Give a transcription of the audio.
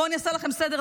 בואו אני אעשה לכם סדר,